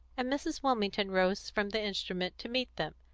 and mrs. wilmington rose from the instrument to meet them.